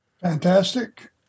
Fantastic